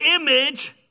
image